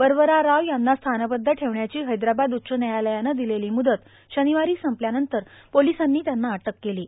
वरवरा राव यांना स्थानबद्ध ठेवण्याची हैदराबाद उच्च न्यायालयानं दिलेली म्ददत शीनवारी संपल्यानंतर पोोलसांनी त्यांना अटक केलो